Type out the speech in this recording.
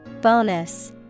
Bonus